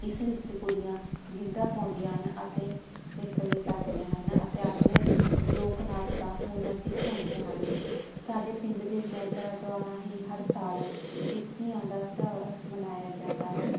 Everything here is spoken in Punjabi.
ਇਸ ਵਿੱਚ ਕੁੜੀਆਂ ਗਿੱਧਾ ਪਾਉਂਦੀਆਂ ਹਨ ਅਤੇ ਕਿੱਕਲੀ ਕਰਦੀਆਂ ਹਨ ਅਤੇ ਆਪਣੇ ਲੋਕ ਨਾਚ ਦਾ ਹੁਨਰ ਦਿਖਾਉਂਦੀਆਂ ਹਨ ਸਾਡੇ ਪਿੰਡ ਦੇ ਮੈਂਬਰਾਂ ਦੁਆਰਾ ਹੀ ਹਰ ਸਾਲ ਇਸ ਧੀਆਂ ਦਾ ਤਿਉਹਾਰ ਮਨਾਇਆ ਜਾਂਦਾ ਹੈ